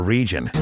Region